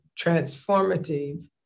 transformative